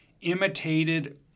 imitated